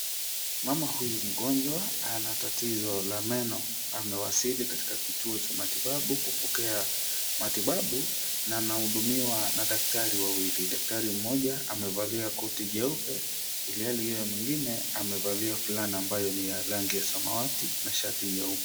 Mama huyu mgonjwa ana tatizo la meno. Amewasili katika kituo cha matibabu kupokea matibabu na anahudumiwa na daktari wawili. Daktari mmoja amevalia koti jeupe ilhali huyo mwingine amevalia fulana ambayo ni ya rangi ya samawati na shati nyeupe.